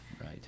Right